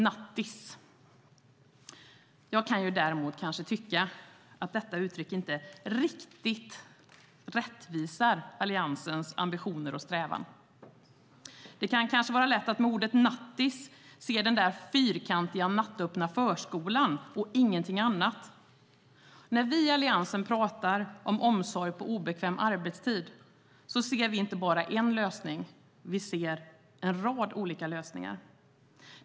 Nattis - jag kan däremot kanske tycka att detta uttryck inte riktigt rättvisar Alliansens ambitioner och strävan. Det kan kanske vara lätt att med ordet nattis se den där fyrkantiga nattöppna förskolan och ingenting annat. När vi i Alliansen pratar om omsorg på obekväm arbetstid ser vi inte bara en lösning. Vi ser en rad olika lösningar.